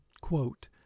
Quote